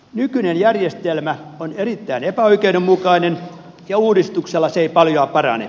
nykyinen järjestelmä on erittäin epäoikeudenmukainen ja uudistuksella se ei paljoa parane